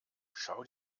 schau